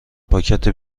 پاکت